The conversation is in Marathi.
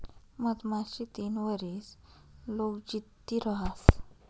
मधमाशी तीन वरीस लोग जित्ती रहास